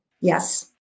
Yes